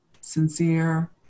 sincere